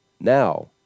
Now